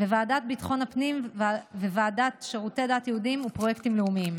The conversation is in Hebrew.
ועדת ביטחון הפנים וועדת שירותי דת יהודיים ופרויקטים לאומיים.